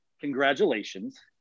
congratulations